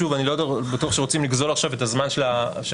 שוב אני לא בטוח שרוצים לגזול עכשיו את הזמן של הוועדה,